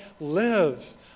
live